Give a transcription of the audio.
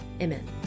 amen